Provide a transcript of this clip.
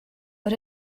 but